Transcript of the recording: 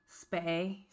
space